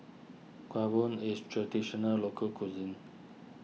Kuih Bom is a Traditional Local Cuisine